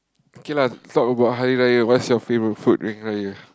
okay lah talk about Hari Raya what's your favourite food during Hari Raya